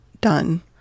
Done